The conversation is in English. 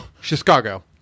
Chicago